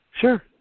Sure